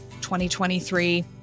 2023